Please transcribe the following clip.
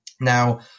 Now